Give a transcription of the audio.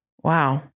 Wow